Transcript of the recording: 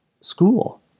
school